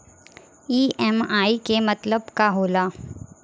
EMI के मतलब का होला?